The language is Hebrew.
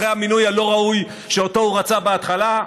אחרי המינוי הלא-ראוי שאותו הוא רצה בהתחלה,